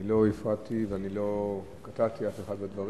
אני לא הפרעתי ואני לא קטעתי אף אחד בדברים,